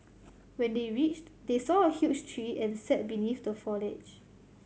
when they reached they saw a huge tree and sat beneath the foliage